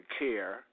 care